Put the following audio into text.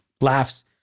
laughs